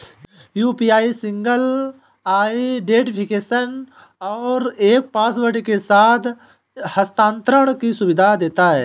UPI single identification और एक password के साथ हस्थानांतरण की सुविधा देता है